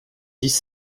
dix